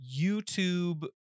YouTube